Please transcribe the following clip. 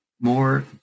more